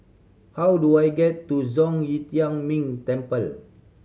how do I get to Zhong Yi Tian Ming Temple